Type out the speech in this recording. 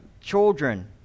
children